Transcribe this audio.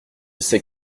sais